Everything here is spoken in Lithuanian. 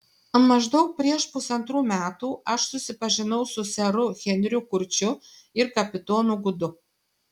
maždaug prieš pusantrų metų aš susipažinau su seru henriu kurčiu ir kapitonu gudu